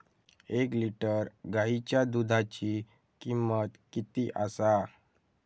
एक लिटर गायीच्या दुधाची किमंत किती आसा?